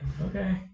Okay